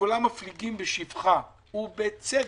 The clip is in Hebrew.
שכולם מפליגים בשבחה, ובצדק,